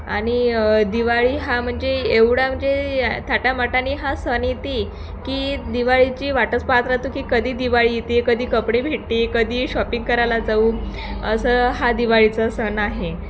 आणि दिवाळी हा म्हणजे एवढा म्हणजे थाटामाटाने हा सण येते की दिवाळीची वाटच पहात राहतो की कधी दिवाळी येते कधी कपडे भेटते कधी शॉपिंग करायला जाऊ असं हा दिवाळीचा सण आहे